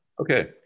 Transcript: Okay